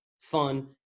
fun